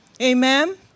Amen